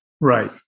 Right